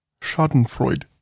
Schadenfreude